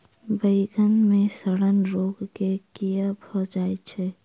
बइगन मे सड़न रोग केँ कीए भऽ जाय छै?